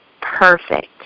perfect